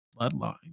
bloodline